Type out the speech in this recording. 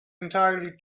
entirely